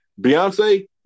Beyonce